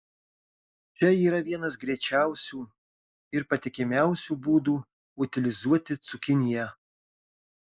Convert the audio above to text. čia yr vienas greičiausių ir patikimiausių būdų utilizuoti cukiniją